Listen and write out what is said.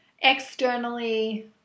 externally